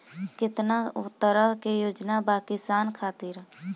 केतना तरह के योजना बा किसान खातिर?